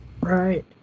Right